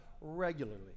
regularly